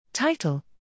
title